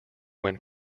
when